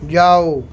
ਜਾਓ